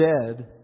dead